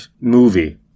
movie